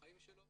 בחיים שלו,